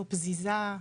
לא פזיזה,